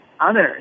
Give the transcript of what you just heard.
others